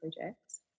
projects